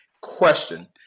Question